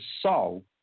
soul